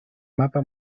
mapa